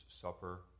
Supper